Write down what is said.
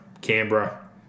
Canberra